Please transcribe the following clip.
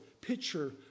picture